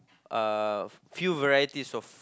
uh few varieties of